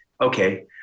Okay